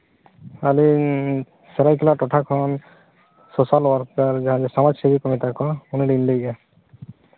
ᱟᱹᱞᱤᱧ ᱥᱚᱨᱟᱭᱠᱮᱞᱟ ᱴᱚᱴᱷᱟ ᱠᱷᱚᱱ ᱥᱳᱥᱟᱞ ᱳᱣᱟᱨᱠᱟᱨ ᱡᱟᱦᱟᱸᱭ ᱫᱚ ᱥᱚᱢᱟᱡᱽ ᱥᱮᱵᱚᱠ ᱠᱚ ᱢᱮᱛᱟ ᱠᱚᱣᱟ ᱩᱱᱤ ᱞᱤᱧ ᱞᱟᱹᱭᱮᱫᱼᱟ